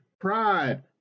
pride